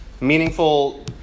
meaningful